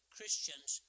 Christians